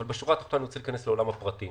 אבל בשורה התחתונה, אני רוצה להיכנס לעולם הפרטים.